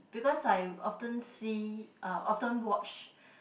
because I often see uh often watch